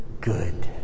good